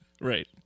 Right